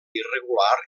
irregular